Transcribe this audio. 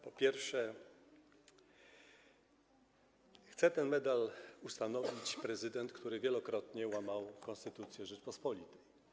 Po pierwsze, ten medal chce ustanowić prezydent, który wielokrotnie łamał konstytucję Rzeczypospolitej.